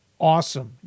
Awesome